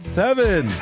seven